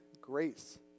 grace